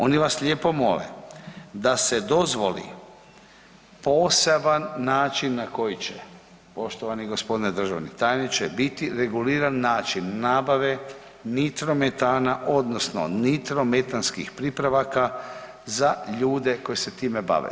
Oni vas lijepo mole da se dozvoli poseban način na koji će, poštovani g. državni tajniče biti reguliran način nabave nitrometana odnosno nitrometanskih pripravaka za ljude koji se time bave.